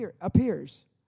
appears